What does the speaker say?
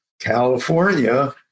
California